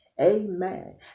Amen